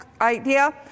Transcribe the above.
idea